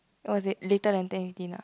was it later than ten fiften uh